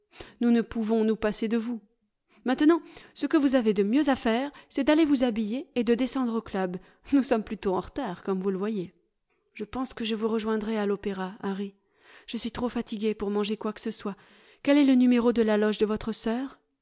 nous ne pouvons nous passer de vous maintenant ce que vous avez de mieux à faire c'est d'aller vous habiller et de descendre au club nous sommes plutôt en retard comme vous le loyer je pense que je vous rejoindrai à l'opéra harry je suis trop fatigué pour manger quoi que ce soit quel est le numéro de la loge de votre sœur